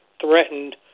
threatened